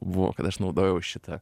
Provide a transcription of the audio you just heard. buvo kad aš naudojau šitą